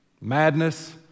madness